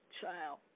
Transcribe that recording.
child